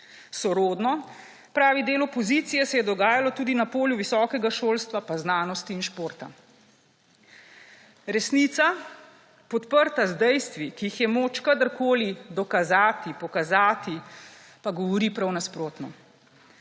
Sorodno, pravi del opozicije, se je dogajalo tudi na polju visokega šolstva pa znanosti in športa. Resnica, podprta z dejstvi, ki jih je moč kadarkoli dokazati, pokazati, pa govori prav nasprotno.